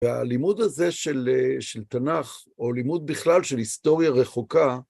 והלימוד הזה של תנ״ך, או לימוד בכלל של היסטוריה רחוקה,